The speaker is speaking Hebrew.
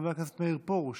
חבר הכנסת מאיר פרוש,